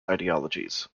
ideologies